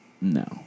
no